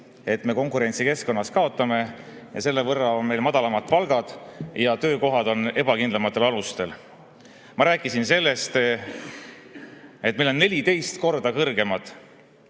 et me konkurentsikeskkonnas kaotame, et selle võrra on meil madalamad palgad ja töökohad on ebakindlamatel alustel. Ma rääkisin sellest, et meil on 14 korda kõrgemad